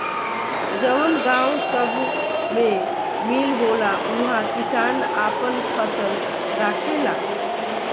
जवन गावं सभ मे मील होला उहा किसान आपन फसल राखेला